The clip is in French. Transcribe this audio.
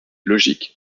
logique